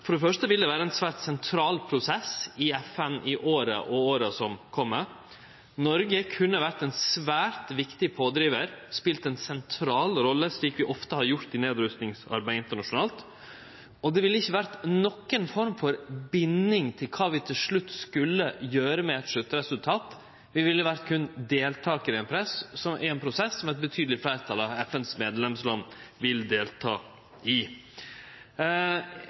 For det første vil det vere ein svært sentral prosess i FN i åra som kjem. Noreg kunne vore ein svært viktig pådrivar og spelt ei sentral rolle, slik vi ofte har gjort i nedrustingsarbeidet internasjonalt. Det ville ikkje vere noka form for binding til kva vi til slutt skulle gjere med eit sluttresultat. Vi ville berre ha vore deltakarar i ein prosess som eit betydeleg fleirtal i FNs medlemsland vil delta i.